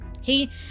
He